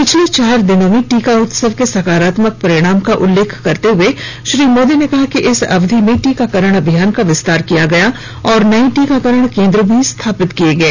पिछले चार दिनों में टीका उत्सव के सकारात्मक परिणाम का उल्लेख करते हुए श्री मोदी ने कहा कि इस अवधि में टीकाकरण अभियान का विस्तार किया गया और नए टीकाकरण केंद्र भी स्थापित किए गए